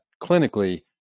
clinically